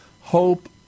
hope